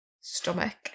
stomach